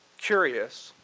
curious,